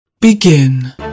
Begin